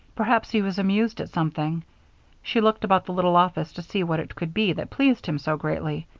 perhaps he was amused at something she looked about the little office to see what it could be that pleased him so greatly,